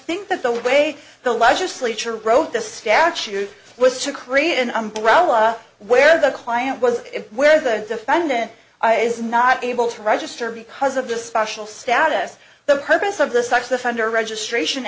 think that the way the legislature wrote the statute was to create an umbrella where the client was where the defendant is not able to register because of the special status the purpose of the sex offender registration